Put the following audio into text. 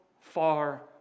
far